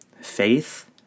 Faith